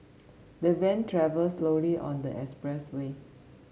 the van travelled slowly on the expressway